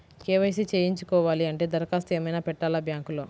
KYC చేయించుకోవాలి అంటే దరఖాస్తు ఏమయినా పెట్టాలా బ్యాంకులో?